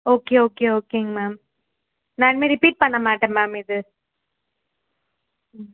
okay okay ஓகேங்க ma'am நான் இனிமேல் ரிப்பீட் பண்ணமாட்டேன் மேம் இது ம்